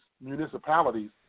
municipalities